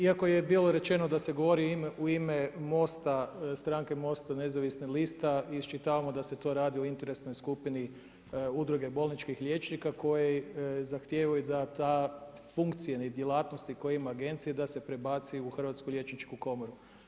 Iako je bilo rečeno da se govori u ime Mosta, stranke Mosta nezavisnih lista isčitavamo da se tu radi o interesnoj skupini udruge bolničkih liječnika koji zahtijevaju da te fukcionalne djelatnosti koje ima Agencija da se prebaci u Hrvatsku liječničku komoru.